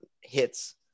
hits